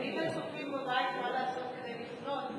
אז תגיד לצופים בבית מה לעשות כדי לפנות.